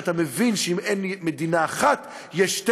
אתה מבין שאם אין מדינה אחת יש שתי